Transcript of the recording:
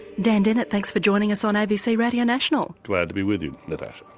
dan dennett thanks for joining us on abc radio national. glad to be with you natasha.